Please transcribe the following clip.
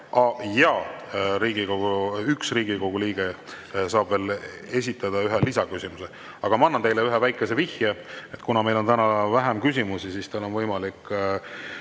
Jaa, üks Riigikogu liige saab veel esitada ühe lisaküsimuse. Aga ma annan teile ühe väikese vihje: meil on täna vähem küsimusi ja teil on võimalik